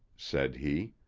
said he.